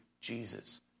Jesus